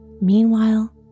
Meanwhile